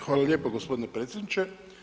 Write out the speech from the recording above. Hvala lijepo gospodine predsjedniče.